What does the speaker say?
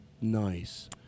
nice